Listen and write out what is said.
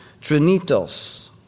trinitos